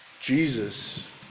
Jesus